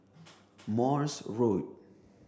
Morse Road